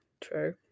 true